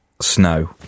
snow